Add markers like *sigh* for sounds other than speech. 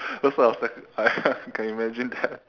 that's what I was like *laughs* I can imagine that